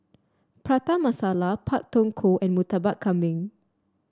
Prata Masala Pak Thong Ko and Murtabak Kambing